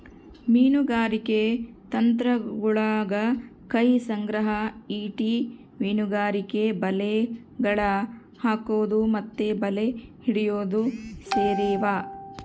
ಮೀನುಗಾರಿಕೆ ತಂತ್ರಗುಳಗ ಕೈ ಸಂಗ್ರಹ, ಈಟಿ ಮೀನುಗಾರಿಕೆ, ಬಲೆ, ಗಾಳ ಹಾಕೊದು ಮತ್ತೆ ಬಲೆ ಹಿಡಿಯೊದು ಸೇರಿವ